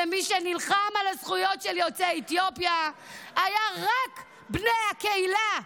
ומי שנלחם על הזכויות של יוצאי אתיופיה היו רק בני הקהילה.